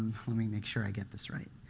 let me make sure i get this right